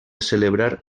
celebrar